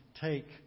take